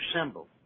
symbol